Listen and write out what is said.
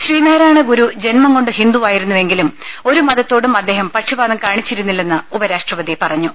ശ്രീനാരായണ ഗുരു ജന്മം കൊണ്ട് ഹിന്ദുവായിരുന്നെങ്കിലും ഒരു മതത്തോടും അദ്ദേഹം പക്ഷപാതം കാണിച്ചിരുന്നില്ലെന്ന് ഉപ രാഷ്ട്രപതി പറഞ്ഞു